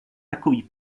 takový